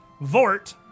Vort